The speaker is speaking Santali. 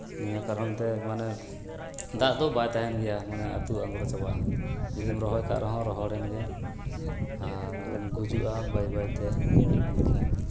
ᱱᱤᱭᱟᱹ ᱠᱟᱨᱚᱱ ᱛᱮ ᱢᱟᱱᱮ ᱫᱟᱜ ᱫᱚ ᱵᱟᱭ ᱛᱟᱦᱮᱱ ᱜᱮᱭᱟ ᱢᱟᱱᱮ ᱟᱹᱛᱩ ᱟᱝᱲᱚ ᱪᱟᱵᱟᱜᱼᱟ ᱡᱩᱫᱤ ᱵᱚᱱ ᱨᱚᱦᱚᱭ ᱠᱟᱜ ᱨᱮᱦᱚᱸ ᱨᱚᱦᱚᱲᱮᱱ ᱜᱮ ᱜᱩᱡᱩᱜᱼᱟ ᱵᱟᱹᱭ ᱵᱟᱹᱭ ᱛᱮ